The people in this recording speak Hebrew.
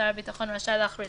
שר הביטחון רשאי להכריז,